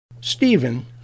Stephen